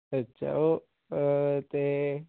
ਅੱਛਾ ਓ ਅਤੇ